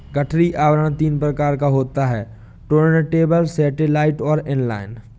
गठरी आवरण तीन प्रकार का होता है टुर्नटेबल, सैटेलाइट और इन लाइन